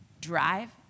drive